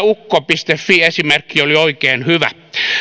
ukko fi esimerkki oli oikein hyvä